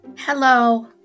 hello